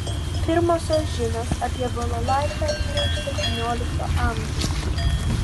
pirmosios žinios apie balalaiką yra iš septyniolikto amžiaus